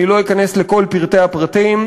אני לא אכנס לכל פרטי הפרטים,